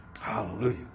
Hallelujah